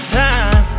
time